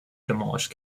demolished